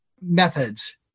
methods